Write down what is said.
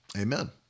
amen